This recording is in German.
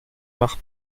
nach